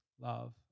love